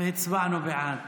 והצבענו בעד.